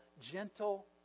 gentle